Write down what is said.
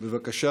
פשוט